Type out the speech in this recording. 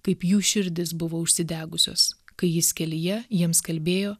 kaip jų širdys buvo užsidegusios kai jis kelyje jiems kalbėjo